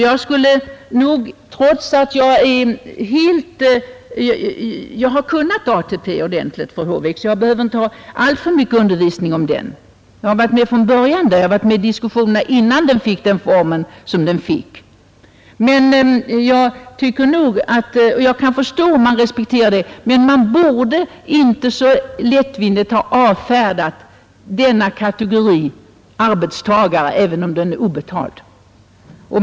Jag kan ATP-systemet ordentligt, fru Håvik, så jag behöver inte få alltför mycket undervisning om det — jag har varit med från början och deltagit i diskussionerna innan systemet fick den utformning som det har. Jag kan förstå om man respekterar ATP, men man borde inte så lättvindigt ha avfärdat denna kategori arbetstagare även om den är obetald.